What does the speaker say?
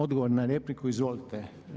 Odgovor na repliku, izvolite.